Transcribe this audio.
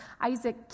Isaac